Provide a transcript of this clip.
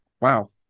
Wow